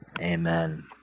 amen